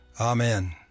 Amen